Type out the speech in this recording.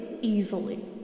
easily